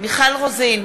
מיכל רוזין,